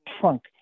trunk